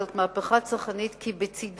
זאת מהפכה כי בצדה,